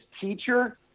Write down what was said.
teacher